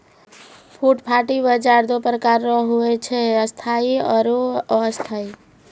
फुटपाटी बाजार दो प्रकार रो हुवै छै स्थायी आरु अस्थायी